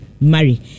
marry